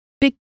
big